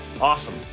Awesome